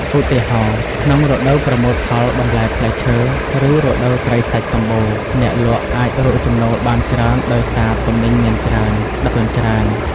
ឧទាហរណ៍ ក្នុងរដូវប្រមូលផលបន្លែផ្លែឈើ ឬរដូវត្រីសាច់សំបូរ អ្នកលក់អាចរកចំណូលបានច្រើនដោយសារទំនិញមានច្រើន តម្លៃទាប និងមានអតិថិជនច្រើន។